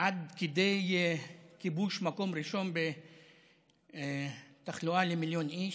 עד כדי כיבוש מקום ראשון בתחלואה למיליון איש,